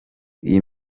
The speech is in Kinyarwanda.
iyi